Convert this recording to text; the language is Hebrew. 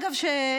אגב,